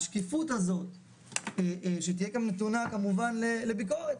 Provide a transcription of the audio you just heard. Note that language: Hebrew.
השקיפות הזו שתהיה כאן נתונה כמובן לביקורת.